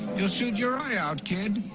you'll shoot your eye out, kid!